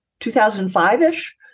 2005-ish